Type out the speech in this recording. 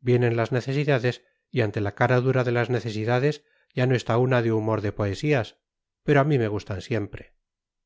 vienen las necesidades y ante la cara dura de las necesidades ya no está una de humor de poesías pero a mí me gustan siempre